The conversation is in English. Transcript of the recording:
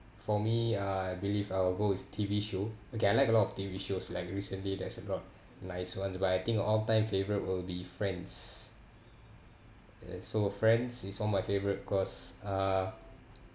for me uh I believe I'll go with T_V show okay I like a lot of the T_V shows like recently there's a lot nice ones but I think all time favourite will be friends yes so friends is one of my favourite because uh